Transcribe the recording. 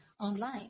online